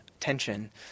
tension